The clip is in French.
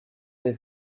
des